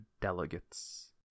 delegates